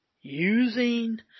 using